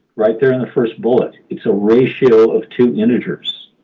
right there in the first bullet? it's a ratio of two integers.